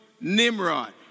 Nimrod